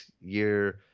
year